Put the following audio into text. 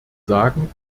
sagen